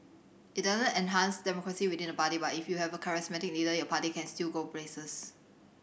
it doesn't enhance democracy within the party but if you have a charismatic leader your party can still go places